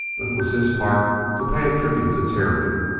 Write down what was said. but it was his part to pay a tribute to terry.